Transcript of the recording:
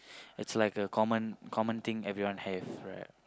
it's like a common common thing everyone have right